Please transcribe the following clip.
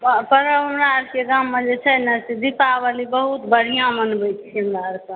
sir हमरा आरके गाम मे जे छै ने दीपावली बहुत बढ़िऑं मनबै छी हमरा आर सभ